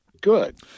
Good